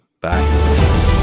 Bye